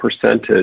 percentage